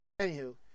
Anywho